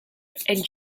and